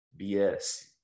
BS